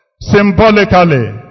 symbolically